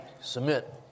Submit